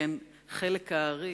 שכן חלק הארי